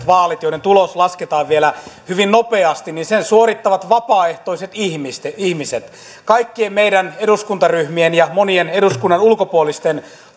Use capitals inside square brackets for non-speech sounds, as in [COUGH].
[UNINTELLIGIBLE] vaalit joiden tulos lasketaan vielä hyvin nopeasti suorittavat vapaaehtoiset ihmiset kaikkien meidän eduskuntaryhmien ja monien eduskunnan ulkopuolisten